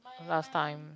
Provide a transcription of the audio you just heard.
last time